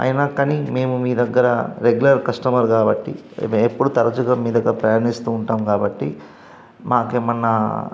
అయినా కానీ మేము మీ దగ్గర రెగ్యులర్ కస్టమర్ కాబట్టి ఎప్పుడూ తరచుగా మీ దగ్గర ప్రయాణిస్తుంటాం కాబట్టి మాకు ఏమన్నా